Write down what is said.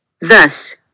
Thus